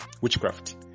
witchcraft